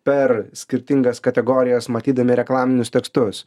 per skirtingas kategorijas matydami reklaminius tekstus